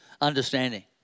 understanding